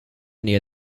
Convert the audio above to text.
near